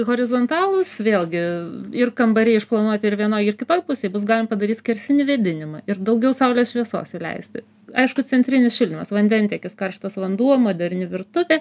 horizontalūs vėlgi ir kambariai išplanuoti ir vienoj ir kitoj pusėj bus padaryt skersinį vėdinimą ir daugiau saulės šviesos įleisti aišku centrinis šildymas vandentiekis karštas vanduo moderni virtuvė